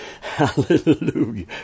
Hallelujah